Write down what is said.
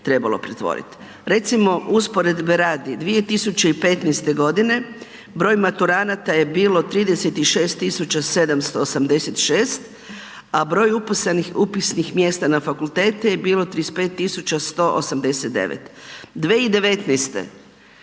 trebalo pretvorit. Recimo usporedbe radi, 2015. g. broj maturanata je bilo 36 786 a broj upisnih mjesta na fakultete je 35 189. 2019.